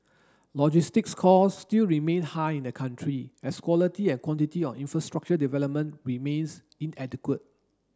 logistics costs still remain high in the country as quality and quantity of infrastructure development remains inadequate